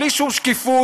בלי שום שקיפות,